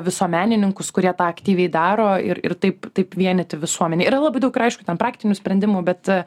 visuomenininkus kurie tą aktyviai daro ir ir taip taip vienyti visuomenę yra labai daug ir aišku tam praktinių sprendimų bet